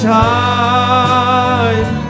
time